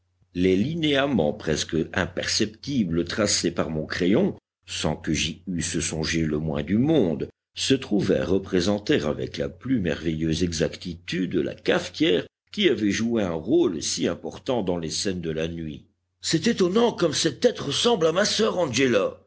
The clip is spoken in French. les linéaments presque imperceptibles tracés par mon crayon sans que j'y eusse songé le moins du monde se trouvèrent représenter avec la plus merveilleuse exactitude la cafetière qui avait joué un rôle si important dans les scènes de la nuit c'est étonnant comme cette tête ressemble à ma sœur angéla